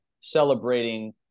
celebrating